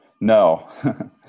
no